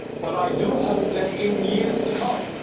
but i do hope that in years to come,